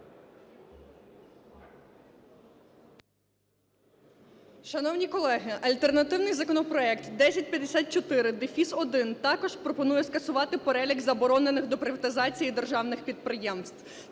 Шановні колеги, альтернативний законопроект 1054-1 також пропонує скасувати перелік заборонених до приватизації державних підприємств.